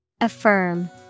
Affirm